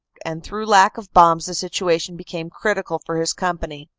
and through lack of bombs the situation became critical for his company.